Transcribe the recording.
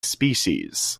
species